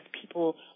people